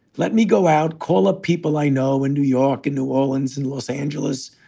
let me go out, call a people i know in new york and new orleans and los angeles,